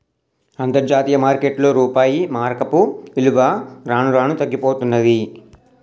అంతర్జాతీయ మార్కెట్లో రూపాయి మారకపు విలువ రాను రానూ తగ్గిపోతన్నాది